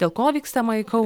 dėl ko vykstama į kau